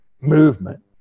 movement